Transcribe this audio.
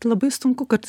labai sunku kad